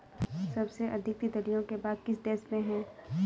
सबसे अधिक तितलियों के बाग किस देश में हैं?